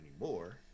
anymore